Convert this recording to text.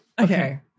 Okay